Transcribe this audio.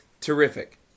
Terrific